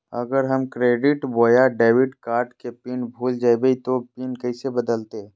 अगर हम क्रेडिट बोया डेबिट कॉर्ड के पिन भूल जइबे तो पिन कैसे बदलते?